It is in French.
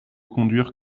conduire